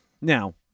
now